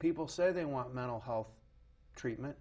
people say they want mental health treatment